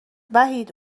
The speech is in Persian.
وحید